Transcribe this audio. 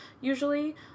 usually